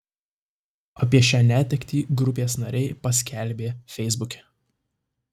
apie šią netektį grupės nariai paskelbė feisbuke